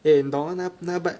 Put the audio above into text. eh no won~ 那个那个 bike